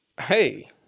Hey